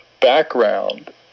background